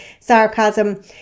sarcasm